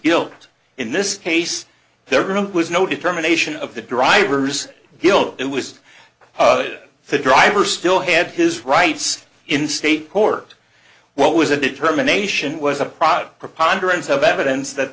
guilt in this case there was no determination of the driver's guilt it was the driver still had his rights in state court what was a determination was a product preponderance of evidence that